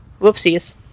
Whoopsies